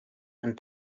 and